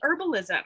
herbalism